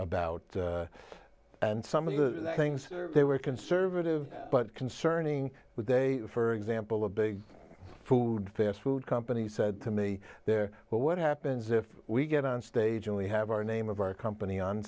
about and some of the things they were conservative but concerning they for example a big food fast food company said to me well what happens if we get on stage and we have our name of our company on